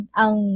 ang